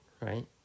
right